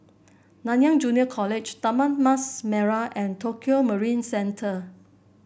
Nanyang Junior College Taman Mas Merah and Tokio Marine Centre